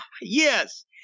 Yes